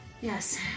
Yes